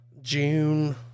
june